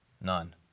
None